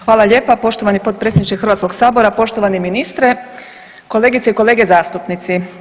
Hvala lijepa poštovani potpredsjedniče Hrvatskog sabora, poštovani ministre, kolegice i kolege zastupnici.